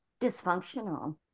dysfunctional